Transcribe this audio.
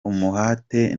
umuhate